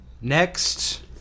Next